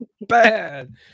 bad